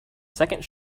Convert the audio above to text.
second